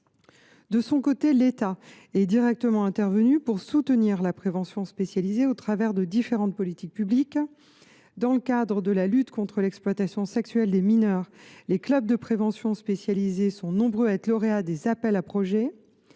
De son côté, l’État est directement intervenu pour soutenir la prévention spécialisée au travers de différentes politiques publiques. Dans le cadre de la lutte contre l’exploitation sexuelle des mineurs, de nombreux clubs de prévention spécialisée ont été lauréats d’appels à projets.